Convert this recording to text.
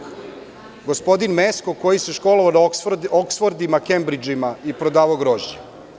Gospodin Mesko koji se školovao na „oksfordima“, „kembridžima“ i prodavao grožđe.